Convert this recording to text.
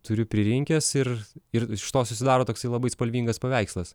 turiu pririnkęs ir ir iš to susidaro toksai labai spalvingas paveikslas